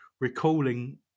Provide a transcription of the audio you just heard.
recalling